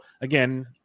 again